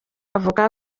avuga